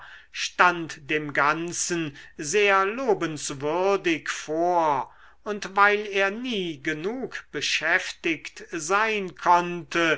stand dem ganzen sehr lobenswürdig vor und weil er nie genug beschäftigt sein konnte